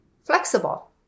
flexible